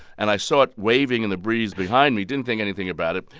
and i saw it waving in the breeze behind me, didn't think anything about it,